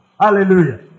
Hallelujah